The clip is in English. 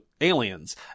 aliens